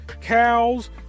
cows